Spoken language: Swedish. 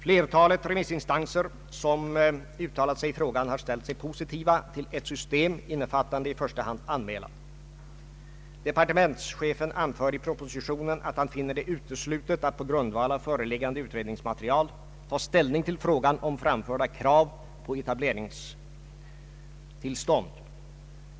Flertalet remissinstanser som uttalat sig i frågan har ställt sig positiva till ett system innefattande i första hand anmälan. Departementschefen anför i propositionen att han finner det uteslutet att på grundval av föreliggande utredningsmaterial ta ställning till frågan om framförda krav på etableringstillstånd.